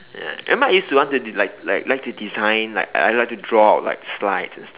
ya remember I used to you want to like like to design like like to draw out like slides and stuff